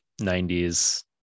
90s